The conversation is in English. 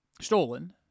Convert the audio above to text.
Stolen